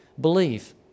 believe